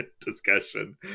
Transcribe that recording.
discussion